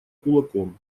кулаком